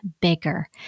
bigger